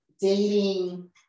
dating